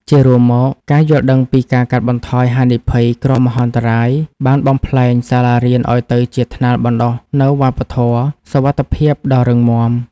ជារួមមក ការយល់ដឹងពីការកាត់បន្ថយហានិភ័យគ្រោះមហន្តរាយ បានបំប្លែងសាលារៀនឱ្យទៅជាថ្នាលបណ្ដុះនូវវប្បធម៌សុវត្ថិភាពដ៏រឹងមាំ។